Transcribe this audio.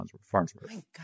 Farnsworth